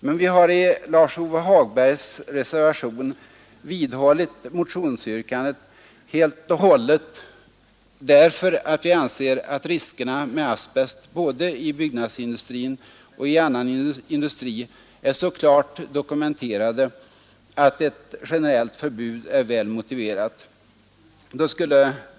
Men vi har i Lars-Ove Hagbergs reservation vidhållit motionsyrkandet helt och hållet, eftersom vi anser att riskerna med asbest både i byggnadsindustrin och i annan industri är så klart dokumenterade att ett generellt förbud är väl motiverat.